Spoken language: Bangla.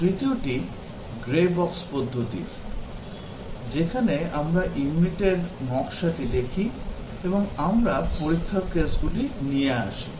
তৃতীয়টি grey box পদ্ধতির যেখানে আমরা ইউনিটের নকশাটি দেখি এবং আমরা পরীক্ষার কেসগুলি নিয়ে আসি